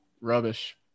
rubbish